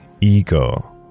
ego